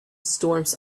storms